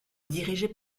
dirigé